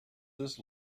this